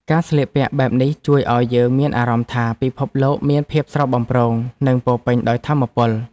ការស្លៀកពាក់បែបនេះជួយឱ្យយើងមានអារម្មណ៍ថា ពិភពលោកមានភាពស្រស់បំព្រងនិងពោពេញដោយថាមពល។